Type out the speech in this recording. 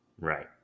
Right